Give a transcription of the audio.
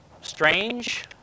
strange